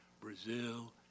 Brazil